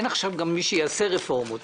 אין עכשיו גם מי שיעשה רפורמות.